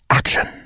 action